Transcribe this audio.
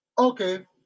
Okay